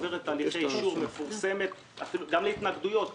עוברת תהליכי אישור ומפורסמת גם להתנגדויות.